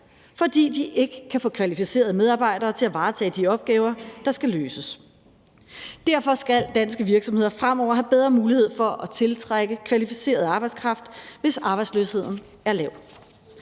fordi de ikke kan få kvalificeret medarbejdere til at varetage de opgaver, der skal løses. Derfor skal danske virksomheder fremover have bedre mulighed for at tiltrække kvalificeret arbejdskraft, hvis arbejdsløsheden er lav.